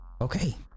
Okay